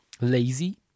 lazy